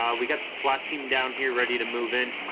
um we got the swat team down here ready to move in